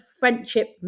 friendship